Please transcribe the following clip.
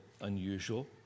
unusual